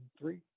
three